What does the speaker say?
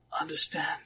understand